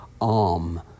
arm